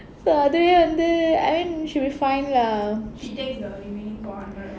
அதுவே வந்து:adhuve vandhu I mean should be fine lah